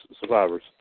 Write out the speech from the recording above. survivors